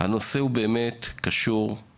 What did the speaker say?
אני מסכים לחלוטין עם זה שהנושא הזה קשור לספורט,